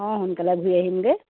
সোনকালে ঘূৰি আহিমগে